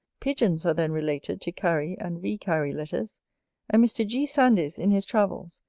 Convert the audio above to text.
pigeons are then related to carry and recarry letters and mr. g. sandys, in his travels,